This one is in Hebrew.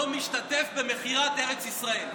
לא משתתף במכירת ארץ ישראל.